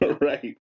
Right